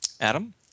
Adam